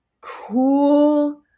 cool –